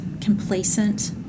complacent